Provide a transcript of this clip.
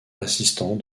assistant